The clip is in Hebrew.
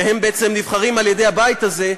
שהם בעצם נבחרים על-ידי הבית הזה,